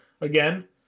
again